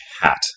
hat